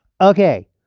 Okay